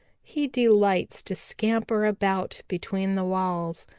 he delights to scamper about between the walls.